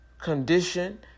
condition